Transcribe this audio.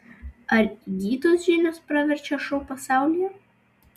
ar įgytos žinios praverčia šou pasaulyje